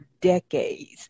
decades